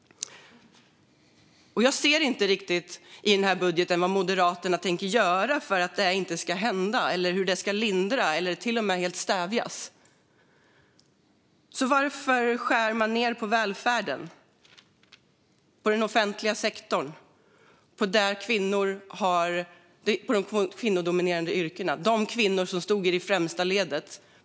Jag ser inte riktigt i den här budgeten vad Moderaterna tänker göra för att det inte ska hända eller hur det ska lindras eller till och med helt stävjas. Varför skär man ned på välfärden, på den offentliga sektorn, på de kvinnodominerade yrkena, på de kvinnor som stod i främsta ledet?